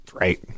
Right